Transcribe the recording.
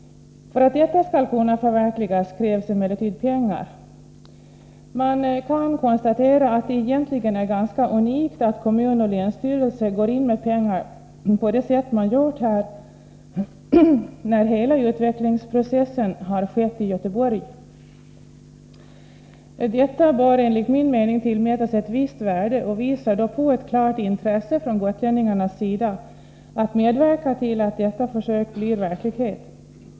För att detta skall kunna förverkligas krävs emellertid pengar. Vi kan konstatera att det egentligen är unikt att kommun och länsstyrelse går in med pengar på det sätt man gjort här när hela utvecklingsprocessen skett i | Göteborg. Detta bör enligt min mening tillmätas ett visst värde och visar på ett klart intresse från gotlänningarnas sida att medverka till att detta försök blir verklighet.